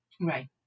Right